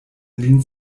lin